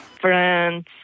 friends